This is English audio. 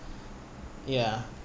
ya